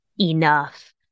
enough